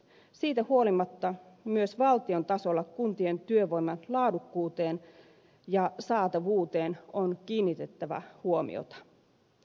siitä huolimatta myös valtion tasolla kuntien työvoiman laadukkuuteen ja saatavuuteen on kiinnitettävä huomiota